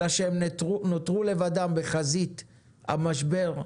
אלא שהם נותרו לבדם בחזית המשבר,